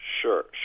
Sure